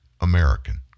American